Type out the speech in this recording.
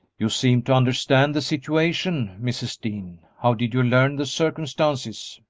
you seem to understand the situation, mrs. dean how did you learn the circumstances?